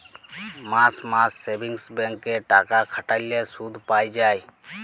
মাস মাস savings bank এ টাকা খাটাল্যে শুধ পাই যায়